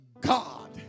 God